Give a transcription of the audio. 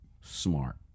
smart